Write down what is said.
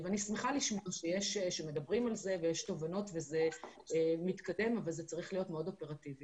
ואני חושבת שזאת הייתה החלטה מאוד נכונה להשתמש בבידוד המטופלים